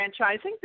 Franchising